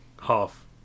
half